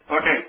Okay